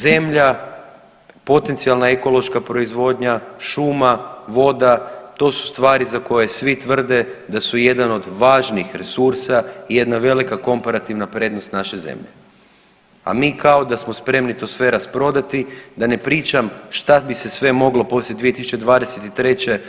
Zemlja, potencionalna ekološka proizvodnja, šuma, voda, to su stvari za koje svi tvrde da su jedan od važnih resursa i jedna velika komparativna prednost naše zemlje, a mi kao da smo spremni sve to rasprodati, da ne pričam šta bi se sve moglo poslije 2023.